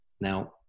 Now